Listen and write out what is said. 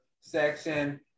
section